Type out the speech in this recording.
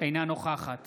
אינה נוכחת